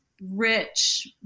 rich